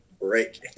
break